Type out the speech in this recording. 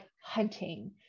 hunting